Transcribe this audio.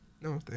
No